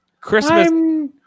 christmas